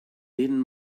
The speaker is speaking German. den